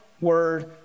word